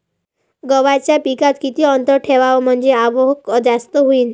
गव्हाच्या पिकात किती अंतर ठेवाव म्हनजे आवक जास्त होईन?